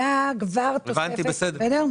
הבנתי.